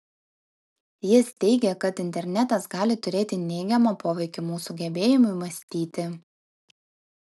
jis teigia kad internetas gali turėti neigiamą poveikį mūsų gebėjimui mąstyti